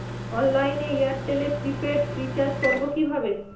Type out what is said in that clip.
অনলাইনে এয়ারটেলে prepaid recharge করবো কিভাবে?